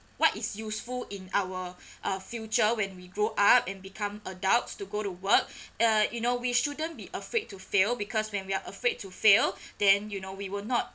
what is useful in our uh future when we grow up and become adults to go to work uh you know we shouldn't be afraid to fail because when we are afraid to fail then you know we will not